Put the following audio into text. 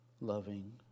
loving